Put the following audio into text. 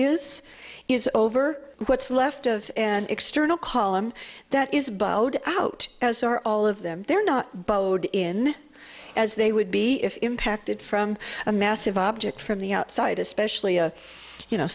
is is over what's left of an external column that is bowed out as are all of them they're not bowed in as they would be if impacted from a massive object from the outside especially you know